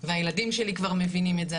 והילדים שלי כבר מבינים את זה,